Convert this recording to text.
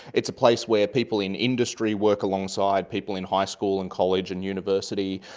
it's a place where people in industry work alongside people in high school and college and university.